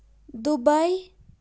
Dubai